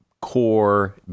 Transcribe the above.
core